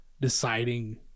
deciding